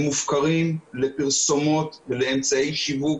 הם מופקרים לפרסומות ולאמצעי שיווק